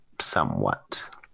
somewhat